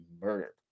murdered